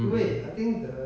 mm